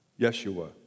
Yeshua